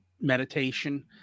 meditation